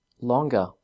longer